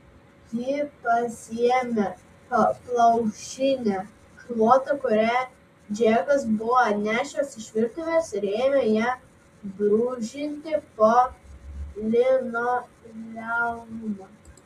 ji pasiėmė plaušinę šluotą kurią džekas buvo atnešęs iš virtuvės ir ėmė ja brūžinti po linoleumą